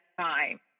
time